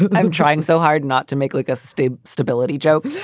i'm trying so hard not to make like a stay stability joke.